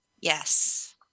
Yes